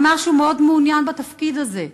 אמר שהוא מאוד מעוניין בתפקיד הזה,